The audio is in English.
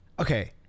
Okay